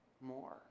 more